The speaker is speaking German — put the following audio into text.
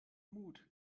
mut